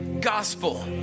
gospel